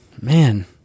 Man